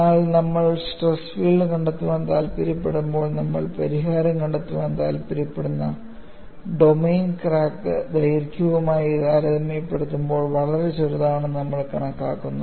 എന്നാൽ നമ്മൾ stress field കണ്ടെത്താൻ താൽപ്പര്യപ്പെടുമ്പോൾ നമ്മൾ പരിഹാരം കണ്ടെത്താൻ താൽപ്പര്യപ്പെടുന്ന ഡൊമെയ്ൻ ക്രാക്ക് ദൈർഘ്യവുമായി താരതമ്യപ്പെടുത്തുമ്പോൾ വളരെ ചെറുതാണെന്ന് നമ്മൾ കണക്കാക്കുന്നു